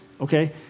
okay